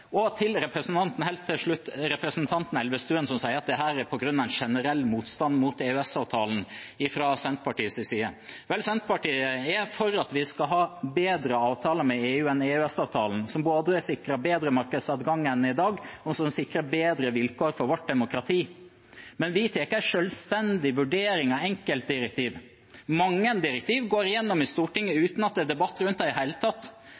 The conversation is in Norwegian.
Helt til slutt, til representanten Elvestuen, som sier at dette er på grunn av en generell motstand mot EØS-avtalen fra Senterpartiets side: Vel, Senterpartiet er for at vi skal ha bedre avtaler med EU enn EØS-avtalen, avtaler som sikrer både bedre markedsadgang enn i dag og bedre vilkår for vårt demokrati, men vi tar en selvstendig vurdering av enkeltdirektiv. Mange direktiv går gjennom i Stortinget uten at det er debatt rundt dem i det hele tatt,